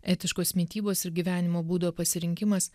etiškos mitybos ir gyvenimo būdo pasirinkimas